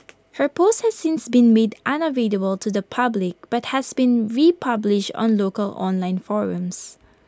her post has since been made unavailable to the public but has been republished on local online forums